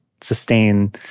sustain